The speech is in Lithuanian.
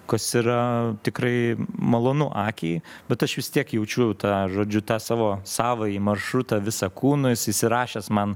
kas yra tikrai malonu akiai bet aš vis tiek jaučiu tą žodžiu tą savo savąjį maršrutą visą kūną jis įsirašęs man